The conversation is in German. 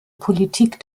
politik